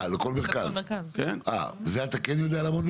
בזה אתה כן יודע לעמוד?